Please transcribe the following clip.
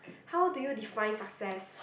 how do you define success